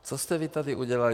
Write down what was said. Co jste vy tady udělali?